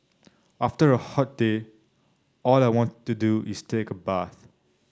after a hot day all I want to do is take a bath